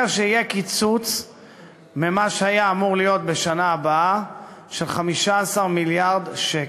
שיהיה קיצוץ במה שהיה אמור להיות בשנה הבאה של 15 מיליארד שקל.